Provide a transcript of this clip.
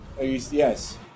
Yes